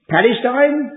Palestine